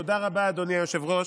תודה רבה, אדוני היושב-ראש.